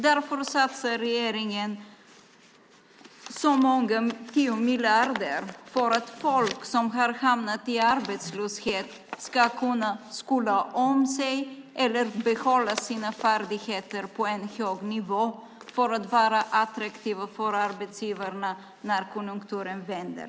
Därför satsar regeringen 10 miljarder för att folk som har hamnat i arbetslöshet ska kunna skola om sig eller behålla sina färdigheter på en hög nivå för att vara attraktiva för arbetsgivarna när konjunkturen vänder.